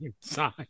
sign